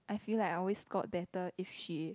I feel like I always scored better if she